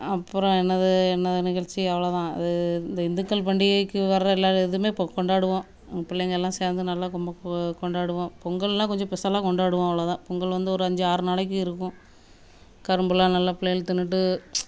அப்புறோம் என்னது என்ன நிகழ்ச்சி அவ்வளோதான் அது இந்த இந்துக்கள் பண்டிகைக்கு வர எல்லா இதுவுமே இப்போ கொண்டாடுவோம் பிள்ளைங்கெல்லாம் சேர்ந்து நல்லா கும்பு கொண்டாடுவோம் பொங்கல்லாம் கொஞ்சம் ஸ்பெஷல்லாம் கொண்டாடுவோம் அவ்வளோ தான் பொங்கல் வந்து ஒரு அஞ்சு ஆறு நாளைக்கு இருக்கும் கரும்புலம் நல்லா பிள்ளைகளு தின்றுட்டு